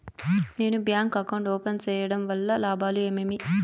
నేను bank account open సేయడం వల్ల లాభాలు ఏమేమి?